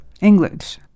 English